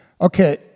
Okay